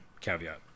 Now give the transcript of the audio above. caveat